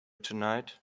tonight